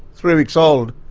three weeks old,